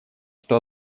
что